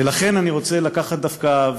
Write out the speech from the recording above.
ולכן אני רוצה לקחת דווקא,